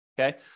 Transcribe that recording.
okay